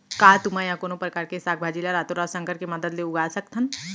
का तुमा या कोनो परकार के साग भाजी ला रातोरात संकर के मदद ले उगा सकथन?